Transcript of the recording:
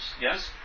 yes